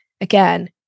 again